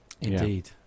Indeed